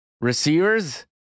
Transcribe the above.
receivers